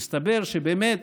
מסתבר שבאמת